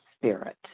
spirit